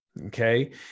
okay